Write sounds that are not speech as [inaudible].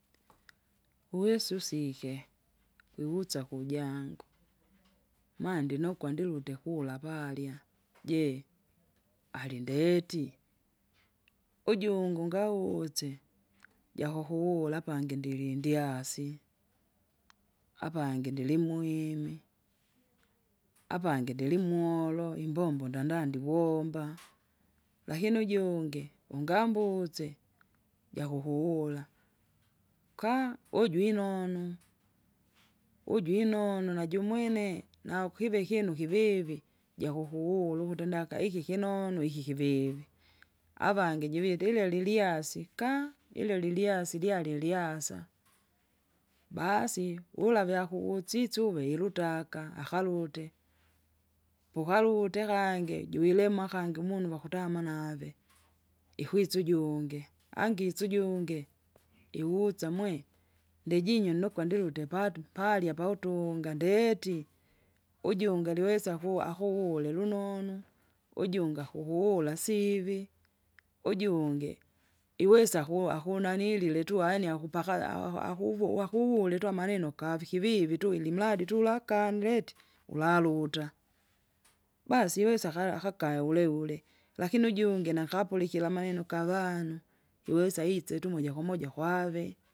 Uwesa usike, wiwusa kujangu, [noise] maa ndinokwa ndilute kula apalya, je? alindeti, ujungu ungautse, jakukuwula apangi ndilindyasi, apangi ndilimwimi, apangi ndilimwolo imbombo ndanda ndikuwomba. Lakini ujungi ungambuse, jakukuwula, uka! uju inonu, uju inonu najumwine. naukive ikinu kivivi, jakukuwulu ukuti ndaka iki kinonu iki kivivi, avangi jivite ile lilyasi kaa! ilyo liyasi lyalya lyasa, baasi ula vyakuwusise uve ilutaka akalute. Pokalute akangi juilima akangi umunu vakutama nave, Ikwisa ujungi, angise ujungi ndiwusa mwe? ndijinyu nukwa ndilute patu- paalya pautunga ndeti, ujungi aliwesa kuwa akuwule lunonu, ujungi akukuwula sivi, ujungi iwesa aku- akunanilile tuwania akupaka aha- akuvu wakuwule tu amaneno kavi kivivi tu ilimradi tulaka nileti, ulaluta. Basi iwesa akaya akayauleule lakini ujungi nakapulikira amaneneo kavanu, iwesa ise tu mojakwamoja kwave.